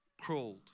Crawled